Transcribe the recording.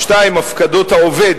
2. הפקדות העובד,